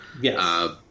Yes